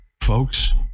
Folks